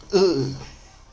err